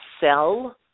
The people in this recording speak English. sell